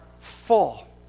full